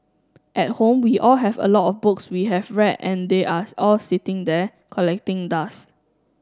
at home we all have a lot of books we have read and they are all sitting there collecting dust